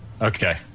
Okay